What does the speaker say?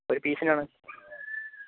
ഒരു പീസിന് ആണ്